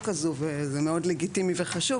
וזה מאוד לגיטימי וחשוב,